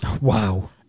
wow